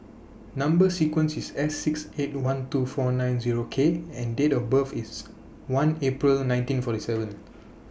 Number sequence IS S six eight one two four nine Zero K and Date of birth IS one April nineteen forty seven